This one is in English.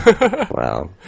Wow